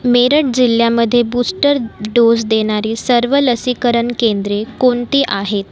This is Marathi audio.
मेरठ जिल्ह्यामध्ये बूस्टर डोस देणारी सर्व लसीकरण केंद्रे कोणती आहेत